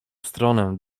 stronę